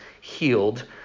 healed